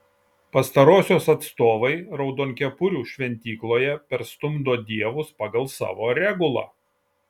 pastarosios atstovai raudonkepurių šventykloje perstumdo dievus pagal savo regulą